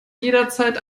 jederzeit